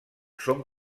són